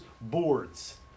boards